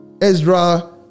Ezra